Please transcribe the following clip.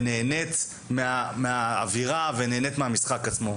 ונהניתי מהאווירה ונהנית מהמשחק עצמו,